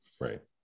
Right